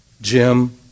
Jim